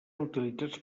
utilitzats